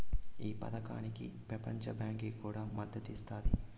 ఈ పదకానికి పెపంచ బాంకీ కూడా మద్దతిస్తాండాది